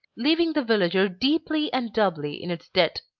leaving the villager deeply and doubly in its debt.